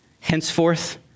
Henceforth